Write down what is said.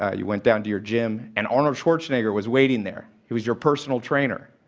ah you went down to your gym, and arnold schwarzenegger was waiting there, who was your personal trainer,